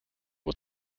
uhr